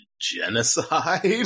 genocide